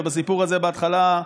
ובסיפור הזה, בהתחלה,